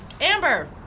Amber